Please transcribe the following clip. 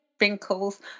wrinkles